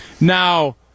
Now